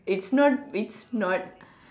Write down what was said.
it's not it's not